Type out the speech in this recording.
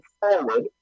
forward